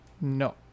No